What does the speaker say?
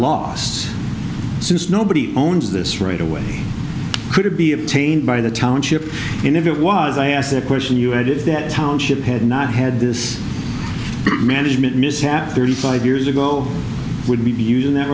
lost since nobody owns this right away could it be obtained by the township and if it was i ask that question you had if that township had not had this management mishap thirty five years ago would be using that